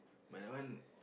but that one